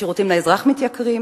השירותים לאזרח מתייקרים,